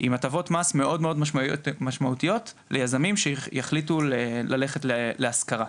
עם הטבות מס מאוד מאוד משמעותיות ליזמים שיחליטו ללכת להשכרה.